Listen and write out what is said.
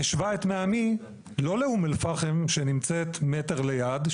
השווה את בני עמי לא לאום אל פאחם שנמצאת מטר ליד,